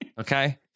okay